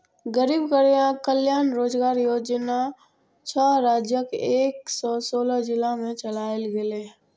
गरीब कल्याण रोजगार योजना छह राज्यक एक सय सोलह जिला मे चलायल गेलै